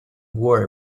wore